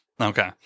Okay